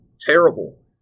terrible